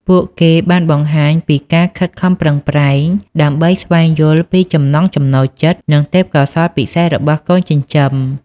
ពួកគេបានបង្ហាញពីការខិតខំប្រឹងប្រែងដើម្បីស្វែងយល់ពីចំណង់ចំណូលចិត្ត និងទេពកោសល្យពិសេសរបស់កូនចិញ្ចឹម។